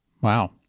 Wow